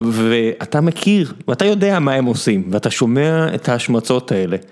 ואתה מכיר, ואתה יודע מה הם עושים, ואתה שומע את ההשמצות האלה.